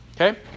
Okay